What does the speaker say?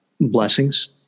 blessings